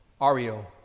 ario